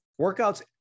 Workouts